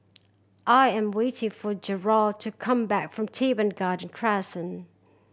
I am waiting for Jethro to come back from Teban Garden Crescent